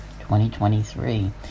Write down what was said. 2023